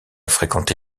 fréquenté